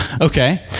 Okay